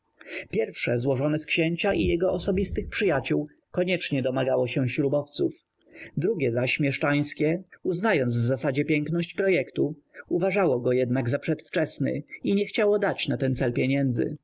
pierwsze złożone z księcia i jego osobistych przyjaciół koniecznie domagało się śrubowców drugie zaś mieszczańskie uznając w zasadzie piękność projektu uważało go jednak za przedwczesny i nie chciało dać na ten cel pieniędzy